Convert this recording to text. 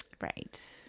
Right